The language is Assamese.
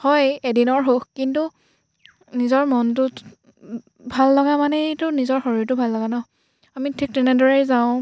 হয় এদিনৰ সুখ কিন্তু নিজৰ মনটোত ভাল লগা মানেইতো নিজৰ শৰীৰটো ভাল লগা নহ্ আমি ঠিক তেনেদৰেই যাওঁ